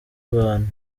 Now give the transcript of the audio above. abantu